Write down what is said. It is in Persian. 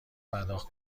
پرداخت